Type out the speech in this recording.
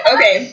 Okay